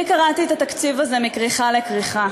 אני קראתי את התקציב הזה מכריכה לכריכה,